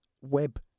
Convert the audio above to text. web